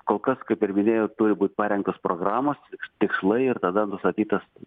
kol kas kaip ir minėjau turi būt parengtos programos tikslai ir tada nustatytas